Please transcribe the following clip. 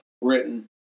Britain